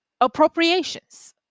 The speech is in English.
appropriations